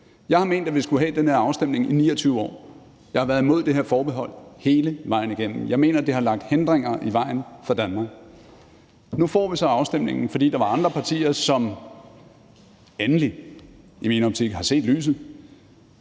Jeg har ment, at vi skulle have den her afstemning, i 29 år. Jeg har været imod det her forbehold hele vejen igennem. Jeg mener, det har lagt hindringer i vejen for Danmark. Nu får vi så afstemningen, fordi der er andre partier, som endelig – i min optik – har set lyset,